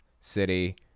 City